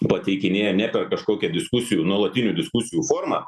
pateikinėja ne per kažkokią diskusijų nuolatinių diskusijų formą